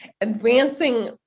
advancing